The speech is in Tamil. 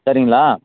சரிங்களா